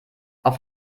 auf